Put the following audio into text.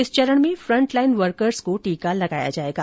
इस चरण में फ्रंटलाईन वर्कर्स को टीका लगाया जायेगा